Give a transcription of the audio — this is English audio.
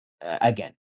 again